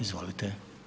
Izvolite.